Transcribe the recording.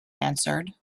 answered